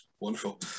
Wonderful